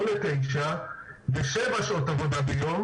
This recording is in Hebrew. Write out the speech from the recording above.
לא לתשע לשבע שעות עבודה ביום